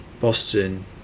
Boston